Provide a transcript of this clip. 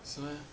是 meh